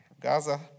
Gaza